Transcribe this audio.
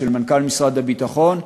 של מנכ"ל משרד הביטחון,